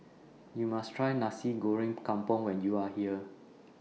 YOU must Try Nasi Goreng Kampung when YOU Are here